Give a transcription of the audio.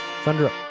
Thunder